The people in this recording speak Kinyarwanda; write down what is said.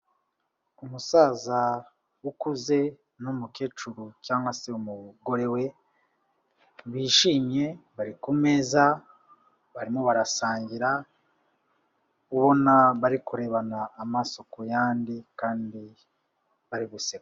Umusaza ukuze n'umukecuru cyangwa se umugore we bishimye, bari kumeza barimo barasangira ubona bari kurebana amaso ku yandi kandi bari guseka.